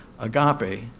Agape